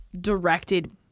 directed